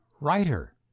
writer